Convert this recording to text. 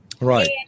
right